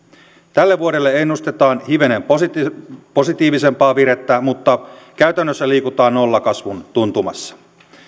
tälle vuodelle ennustetaan hivenen positiivisempaa positiivisempaa virettä mutta käytännössä liikutaan nollakasvun tuntumassa